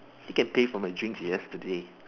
you can pay for my drinks yesterday